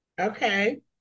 Okay